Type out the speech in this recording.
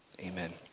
amen